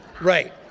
Right